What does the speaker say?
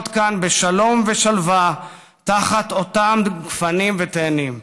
כאן בשלום ושלווה תחת אותם גפנים ותאנים.